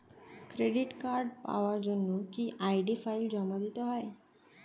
Credit card পাওয়ার জন্য কি আই.ডি ফাইল জমা দিতে হবে?